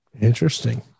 Interesting